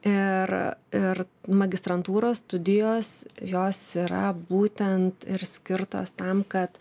ir ir magistrantūros studijos jos yra būtent ir skirtos tam kad